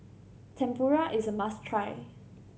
tempura is a must try